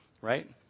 Right